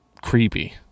creepy